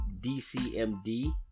DCMD